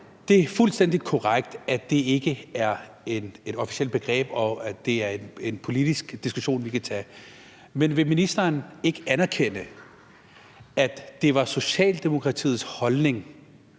Det er fuldstændig korrekt, at det ikke er et officielt begreb, og at det er en politisk diskussion, vi kan tage, men vil ministeren ikke anerkende, at det var Socialdemokratiets holdning